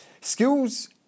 skills